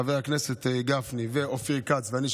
חבר הכנסת גפני ואופיר כץ ואני,